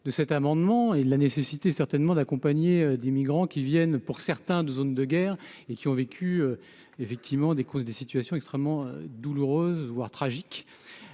de cet amendement et de la nécessité certainement d'accompagner d'immigrants qui viennent pour certains de zone de guerre et qui ont vécu effectivement des causes des situations extrêmement douloureuse, voire tragique